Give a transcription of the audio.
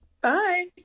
Bye